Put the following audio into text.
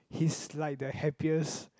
his like the happiest